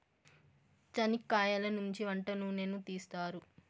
చనిక్కయలనుంచి వంట నూనెను తీస్తారు